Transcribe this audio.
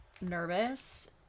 nervous